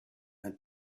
had